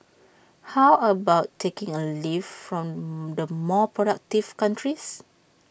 how about taking A leaf from the more productive countries